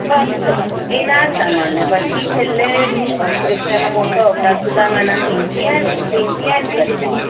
બસ બસ એ નાગદમન પછી છેલ્લે ક્રિષ્નનો મોટ્ટો અવતાર સુદામાના સીનથી સીનથી એન્ડ કરી દઈએ